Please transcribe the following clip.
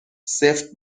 سفت